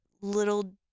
Little